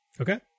Okay